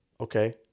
okay